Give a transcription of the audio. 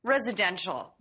Residential